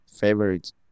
favorite